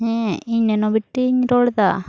ᱦᱮᱸ ᱤᱧ ᱱᱮᱱᱳ ᱵᱤᱴᱤᱧ ᱨᱚᱲᱮᱫᱟ